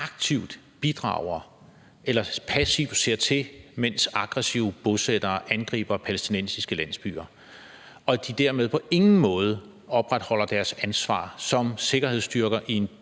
aktivt bidrager til eller passivt ser til, mens aggressive bosættere angriber palæstinensiske landsbyer, og at de dermed på ingen måde opretholder deres ansvar som sikkerhedsstyrker i en